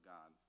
God